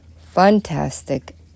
fantastic